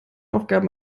aufgabe